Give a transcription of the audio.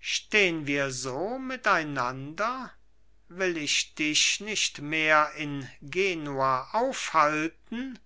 stehn wir so miteinander will ich dich nicht mehr in genua aufhalten